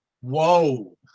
whoa